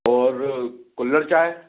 और कुल्हड़ चाय